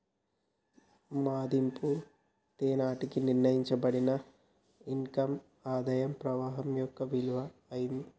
మదింపు తేదీ నాటికి నిర్ణయించబడిన ఇన్ కమ్ ఆదాయ ప్రవాహం యొక్క విలువ అయితాది